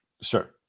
Sure